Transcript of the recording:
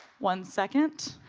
one second.